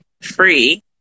free